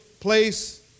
Place